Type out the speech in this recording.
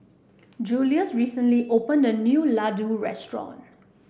Julious recently opened a new Ladoo restaurant